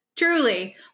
Truly